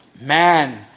man